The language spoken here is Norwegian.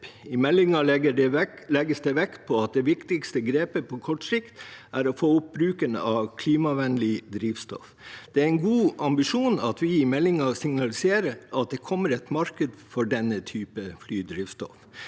I meldingen legges det vekt på at det viktigste grepet på kort sikt er å få opp bruken av klimavennlig drivstoff. Det er en god ambisjon at vi i meldingen signaliserer at det kommer et marked for denne typen flydrivstoff.